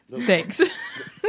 Thanks